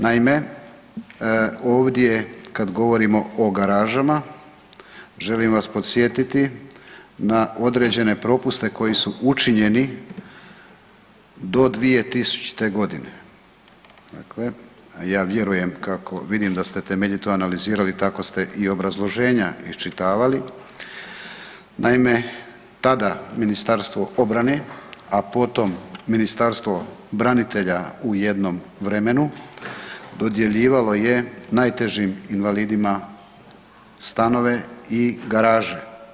Naime, ovdje kad govorimo o garažama želim vas podsjetiti na određene propuste koji su učinjeni do 2000-e godine, dakle, a ja vjerujem kako vidim da ste temeljito analizirali tako ste i obrazloženja iščitavali, naime, tada Ministarstvo obrane a potom Ministarstvo branitelja u jednom vremenu dodjeljivalo je najtežim invalidima stanove i garaže.